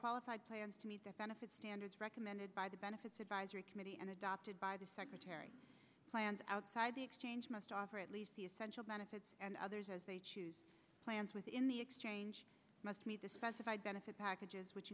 qualified plans to meet that then if it's standards recommended by the benefits advisory committee and adopted by the secretary plans outside the exchange must offer at least the essential benefits and others as they choose plans within the exchange must meet the specified benefit packages which